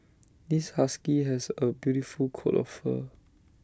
this husky has A beautiful coat of fur